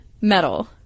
metal